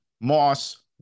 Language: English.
Moss